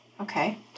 Okay